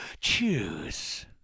choose